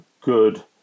good